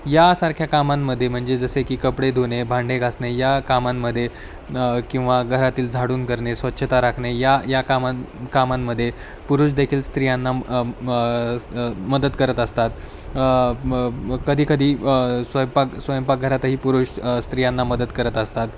यासारख्या कामांमध्ये म्हणजे जसे की कपडे धुणे भांडे घासणे या कामांमध्ये किंवा घरातील झाडून करणे स्वच्छता राखणे या या कामां कामांमध्ये पुरुषदेखील स्त्रियांना मदत करत असतात म कधीकधी स्वयंपाक स्वयंपाकघरातही पुरुष स्त्रियांना मदत करत असतात